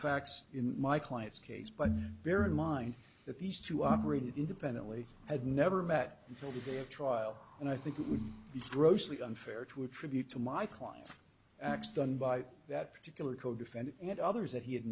facts in my client's case but bear in mind that these two operated independently had never met until the day of trial and i think it would be grossly unfair to attribute to my client acts done by that particular codefendant and others that he had